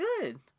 good